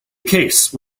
case